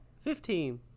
Fifteen